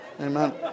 amen